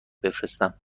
بفرستم